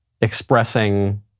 expressing